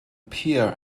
pier